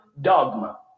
dogma